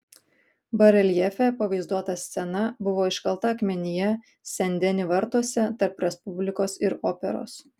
bareljefe pavaizduota scena buvo iškalta akmenyje sen deni vartuose tarp respublikos ir operos